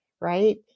right